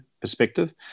perspective